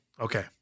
Okay